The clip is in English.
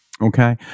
Okay